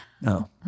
No